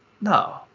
No